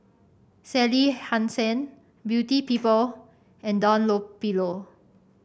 Sally Hansen Beauty People and Dunlopillo